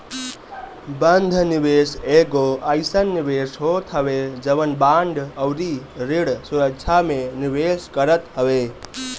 बंध निवेश एगो अइसन निवेश होत हवे जवन बांड अउरी ऋण सुरक्षा में निवेश करत हवे